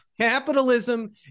Capitalism